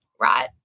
Right